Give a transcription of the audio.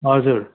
हजुर